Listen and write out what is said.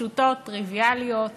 פשוטות, טריוויאליות,